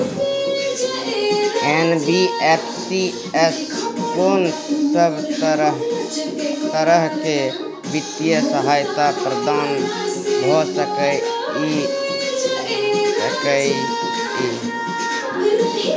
NBFC स कोन सब तरह के वित्तीय सहायता प्रदान भ सके इ? इ